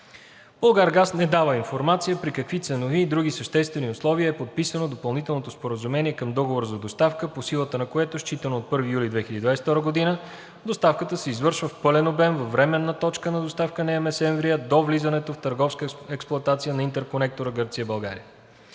„Булгаргаз“ не дава информация при какви ценови и други съществени условия е подписано Допълнителното споразумение към Договора за доставка, по силата на което считано от 1 юли 2022 г. доставката се извършва в пълен обем във временна точка на доставка Неа Месемврия до влизането в търговска експлоатация на интерконектора Гърция – България.